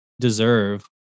deserve